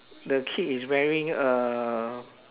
the kid is wearing a